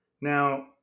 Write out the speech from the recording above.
Now